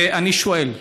ואני שואל: